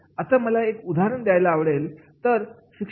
आता मला एक उदाहरण द्यायला आवडेल